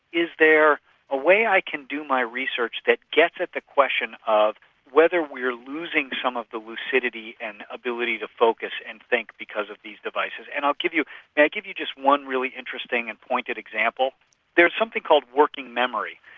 is there a way i can do my research that gets at the question of whether we are losing some of the lucidity and ability to focus and think because of these devices? and i'll give you know give you just one really interesting and pointed example there's something called working memory,